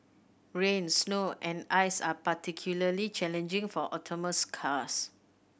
rain snow and ice are particularly challenging for autonomous cars